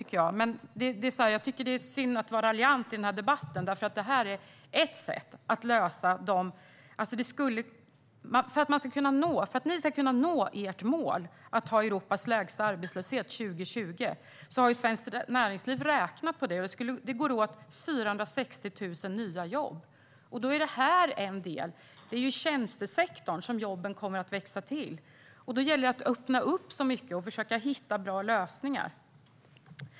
Det är synd att vara raljant i denna debatt. Detta är ett sätt att lösa det. För att ni ska kunna nå ert mål att ha Europas lägsta arbetslöshet 2020 skulle det, enligt Svenskt Näringsliv, som har räknat på detta, gå åt 460 000 nya jobb. Då är detta en del. Det är i tjänstesektorn som jobben kommer att växa till, och då gäller det att öppna upp och försöka hitta bra lösningar.